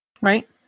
Right